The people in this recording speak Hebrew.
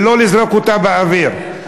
ולא לזרוק אותה באוויר.